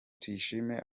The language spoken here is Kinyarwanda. tuyishime